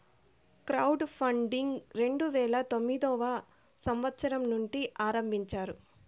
crowd funding రెండు వేల తొమ్మిదవ సంవచ్చరం నుండి ఆరంభించారు